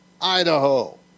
Idaho